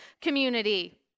community